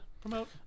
promote